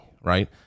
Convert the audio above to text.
right